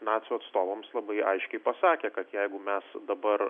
nacių atstovams labai aiškiai pasakė kad jeigu mes dabar